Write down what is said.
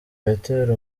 bitera